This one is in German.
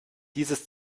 dieses